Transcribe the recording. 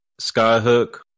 Skyhook